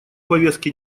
повестки